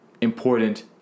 important